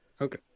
okay